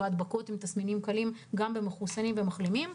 או הדבקות עם תסמינים קלים גם במחוסנים ובמחלימים.